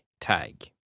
tag